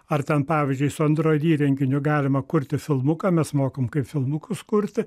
ar ten pavyzdžiui su android įrenginiu galima kurti filmuką mes mokom kaip filmukus kurti